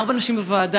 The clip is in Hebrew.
ארבע נשים בוועדה.